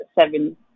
seven